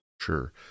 Sure